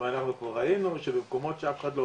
ואנחנו כבר ראינו שבמקומות שאף אחד לא